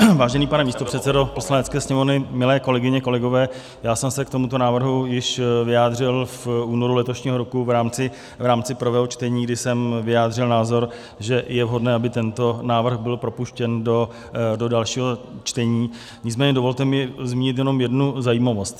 Vážený pane místopředsedo Poslanecké sněmovny, milé kolegyně, kolegové, já jsem se k tomuto návrhu již vyjádřil v únoru letošního roku v rámci prvého čtení, kdy jsem vyjádřil názor, že je vhodné, aby tento návrh byl propuštěn do dalšího čtení, nicméně dovolte mi zmínit jenom jednu zajímavost.